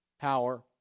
power